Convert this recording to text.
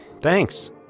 thanks